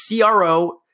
CRO